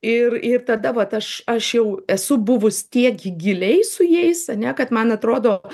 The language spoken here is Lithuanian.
ir ir tada vat aš aš jau esu buvus tiek giliai su jais ane kad man atrodo